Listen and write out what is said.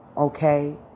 Okay